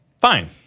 fine